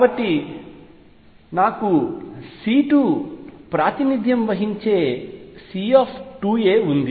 కాబట్టి నాకుC2 ప్రాతినిధ్యం వహించే C ఉంది